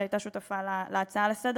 שהיא שותפה להצעה הזאת לסדר-היום,